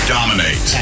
Dominate